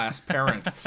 parent